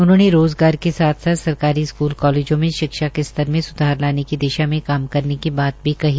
उन्होंने रोजगार के साथ साथ सरकारी स्कूल कॉलेजों में शिक्षा के स्तर में सुधार लाने की दिशा में काम करने की बात भी कही